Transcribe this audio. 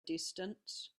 distance